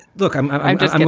look, i'm i'm just.